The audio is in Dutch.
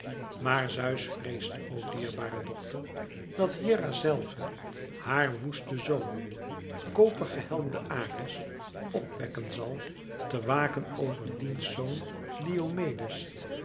maar zeus vreest o dierbare dochter dat hera zelve haar woesten zoon koper gehelmden ares op wekken zal te waken over dièns zoon diomedes